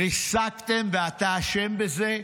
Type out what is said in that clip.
ריסקתם, ואתה אשם בזה,